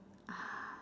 ah